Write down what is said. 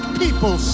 people